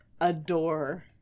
adore